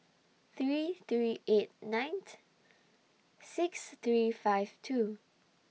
three three eight nine six three five two